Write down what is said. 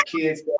kids